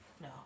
No